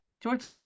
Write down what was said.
George